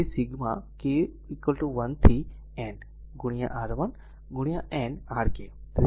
તેથી sigma k 1 થી N R1 N Rk